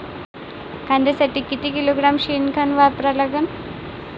कांद्यासाठी किती किलोग्रॅम शेनखत वापरा लागन?